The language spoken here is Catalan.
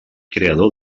creador